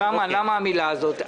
למה המילה הזאת?